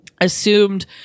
assumed